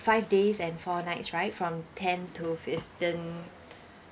five days and four nights right from ten to fifteen